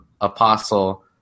apostle